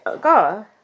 God